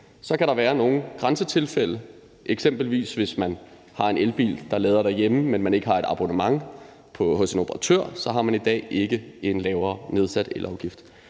Så kan der være nogle grænsetilfælde, eksempelvis hvis man har en elbil, der lader derhjemme, men man ikke har et abonnement hos en operatør: Så har man i dag ikke en lavere, nedsat elafgift.